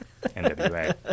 nwa